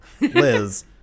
Liz